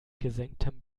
gesenktem